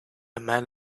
man